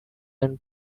and